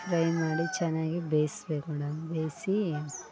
fry ಮಾಡಿ ಚೆನ್ನಾಗಿ ಬೆಯಿಸ್ಬೇಕು ಕೂಡ ಬೇಯಿಸಿ